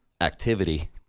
activity